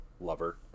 lover